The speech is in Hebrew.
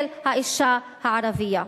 של האשה הערבייה.